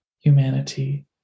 humanity